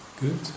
Good